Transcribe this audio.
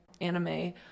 anime